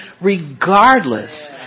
regardless